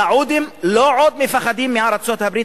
הסעודים לא עוד מפחדים מארצות-הברית,